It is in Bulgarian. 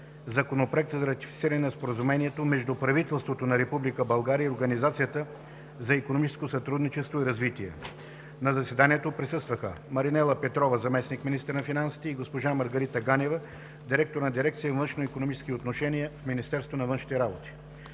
Законопроекта за ратифициране на Споразумението между правителството на Република България и Организацията за икономическо сътрудничество и развитие. На заседанието присъстваха: госпожа Маринела Петрова – заместник-министър на финансите, и госпожа Маргарита Ганева – директор на Дирекция „Външноикономически отношения“ в Министерството на външните работи.